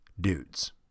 dudes